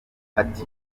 ati